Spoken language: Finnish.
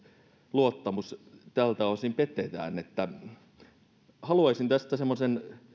luottamus tältä osin petetään haluaisin tästä semmoisen